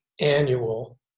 annual